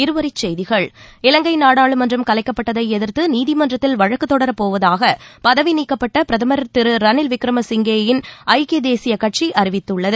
இருவரிச்செய்திகள் இலங்கை நாடாளுமன்றம் கலைக்கப்பட்டதை எதிர்த்து நீதிமன்றத்தில் வழக்கு தொடரப் போவதாக பதவி நீக்கப்பட்ட பிரதமர் திரு ரணில் விக்ரம சிங்கேயின் ஐக்கிய தேசியக் கட்சி அறிவித்துள்ளது